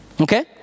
Okay